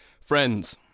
Friends